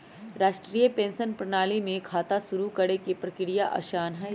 राष्ट्रीय पेंशन प्रणाली में खाता शुरू करे के प्रक्रिया आसान हई